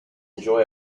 enjoy